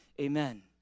amen